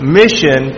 mission